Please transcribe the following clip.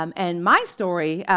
um and my story,